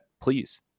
Please